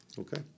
okay